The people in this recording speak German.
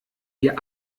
wir